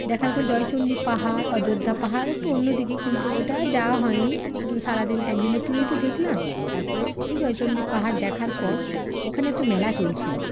দেখার পর জয়চন্ডী পাহাড় অযোধ্যা পাহাড় একটু অন্য দিকে কিন্তু ওটা যাওয়া হয় নি সারা দিন এক দিনের ট্যুরেই তো গেছিলাম তারপরে ওই জয়চন্ডী পাহাড় দেখার পর ওখানে একটা মেলা চলছিলো